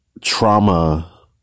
trauma